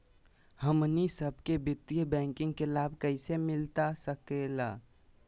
हमनी सबके वित्तीय बैंकिंग के लाभ कैसे मिलता सके ला?